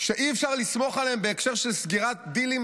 שאי אפשר לסמוך עליהם בהקשר של סגירת דילים,